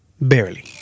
Barely